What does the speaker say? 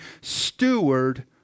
steward